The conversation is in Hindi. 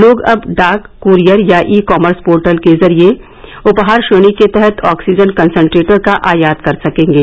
लोग अब डाक कूरियर या ई कॉमर्स पोर्टल के जरिये उपहार श्रेणी के तहत ऑक्सीजन कंसेनट्रेटर का आयात कर सकेंगे